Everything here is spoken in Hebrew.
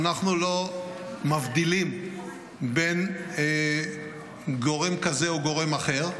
אנחנו לא מבדילים בין גורם כזה או גורם אחר,